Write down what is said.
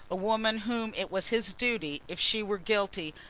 a woman whom it was his duty, if she were guilty,